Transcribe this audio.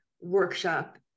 workshop